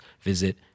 visit